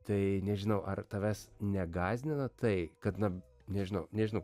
tai nežinau ar tavęs negąsdina tai kad na nežinau nežinau